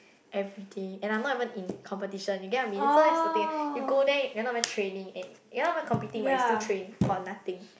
every day and I'm not even in competition you get what I mean so that's the thing you go there you're not even training and you're not even competing but you still train for nothing